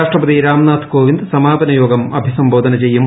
രാഷ്ട്രപതി രാംനാഥ് കോവിന്ദ് സമാപന യോഗം അഭിസംബോധന ചെയ്യും